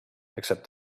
except